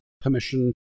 permission